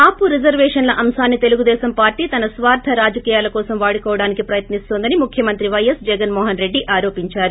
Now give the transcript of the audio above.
కాపు రిజర్వేషన్ల అంశాన్ని తెలుగుదేశం పార్టీ తన స్వార్థ రాజకీయాల కోసం వాడుకోవడానికి ప్రయత్ని స్తోందని ముఖ్యమంత్రి పైఎస్ జగన్మోహన్రెడ్డి ఆరోపిందారు